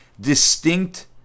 distinct